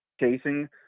chasing